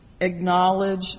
acknowledge